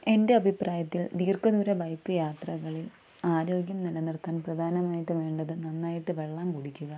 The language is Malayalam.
എൻ്റെ അഭിപ്രായത്തിൽ ദീർഘദൂര ബൈക്ക് യാത്രകളിൽ ആരോഗ്യം നിലനിർത്താൻ പ്രധാനമായിട്ടും വേണ്ടത് നന്നായിട്ട് വെള്ളം കുടിക്കുക